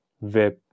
web